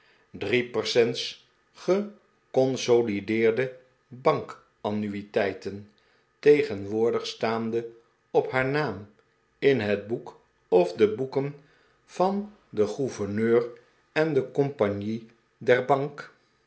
drie percents geconsolideerde bankannuiteiten tegenwoordig staande op haar naam in het boek of de boeken van den gouverneur en de compagnie der bank